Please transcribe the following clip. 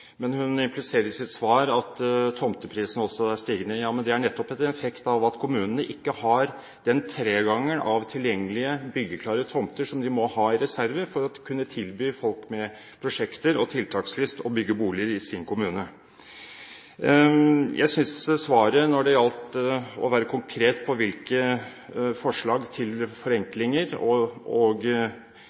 Men hun impliserer i sitt svar at tomteprisen også er stigende. Men det er nettopp en effekt av at kommunene ikke har den tregangeren av tilgjengelige byggeklare tomter som de må ha i reserve, for å kunne tilby folk med prosjekter og tiltaksfrist å bygge boliger i sin kommune. Jeg synes svaret når det gjaldt å være konkret med hensyn til forslag til forenklinger og